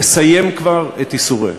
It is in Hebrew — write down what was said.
לסיים כבר את ייסוריהם.